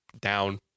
down